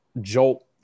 jolt